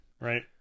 right